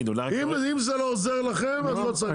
אם זה לא עוזר לכם, אז לא צריך.